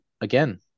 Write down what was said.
again